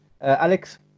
Alex